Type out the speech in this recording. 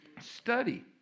study